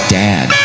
dad